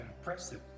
impressive